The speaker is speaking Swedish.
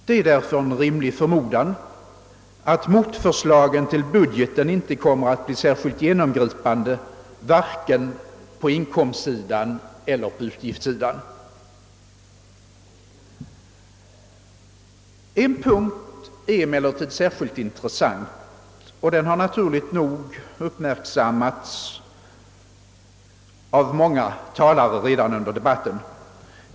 Det är därför rimligt att förmoda att motförslagen till budgeten inte kommer att bli särskilt genomgripande vare sig på inkomstsidan eller på utgiftssidan. En punkt är emellertid särskilt intressant, och den har naturligt nog redan uppmärksammats under debatten av många talare.